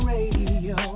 Radio